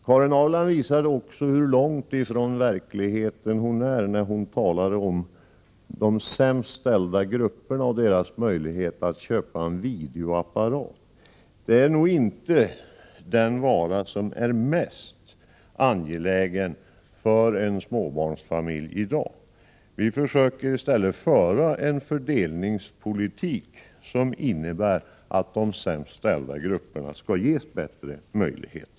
Karin Ahrland visade hur långt från verkligheten hon är när hon talade om de sämst ställda grupperna och deras möjligheter att köpa en videoapparat. Men en video är nog inte den vara som är mest angelägen för en småbarnsfamilj i dag. Vi försöker i stället att föra en fördelningspolitik som innebär att de sämst ställda grupperna får större möjligheter.